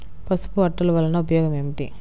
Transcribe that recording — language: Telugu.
పసుపు అట్టలు వలన ఉపయోగం ఏమిటి?